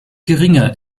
geringe